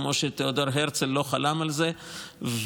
כמו שתיאודור הרצל לא חלם על זה,